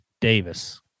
Davis